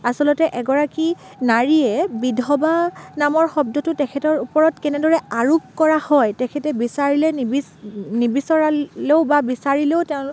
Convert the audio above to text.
আচলতে এগৰাকী নাৰীয়ে বিধৱা নামৰ শব্দটো তেখেতৰ ওপৰত কেনেদৰে আৰোপ কৰা হয় তেখেতে বিচাৰিলে নিবিচ নিবিচৰালেও বা বিচাৰিলেও তেওঁ